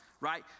right